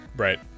Right